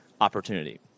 opportunity